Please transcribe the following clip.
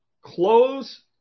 close